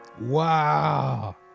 Wow